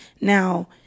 Now